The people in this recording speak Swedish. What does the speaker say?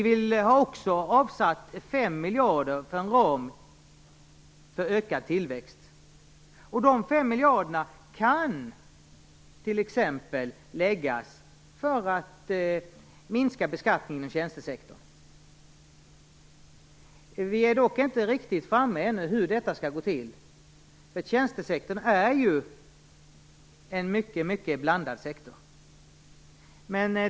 Vi har också avsatt 5 miljarder för en ram för ökad tillväxt. De 5 miljarderna kan t.ex. användas för att minska beskattningen inom tjänstesektorn. Vi är dock ännu inte riktigt framme vid ett beslut om hur detta skall gå till. Tjänstesektorn är ju en mycket blandad sektor.